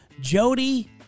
Jody